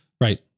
Right